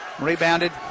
Rebounded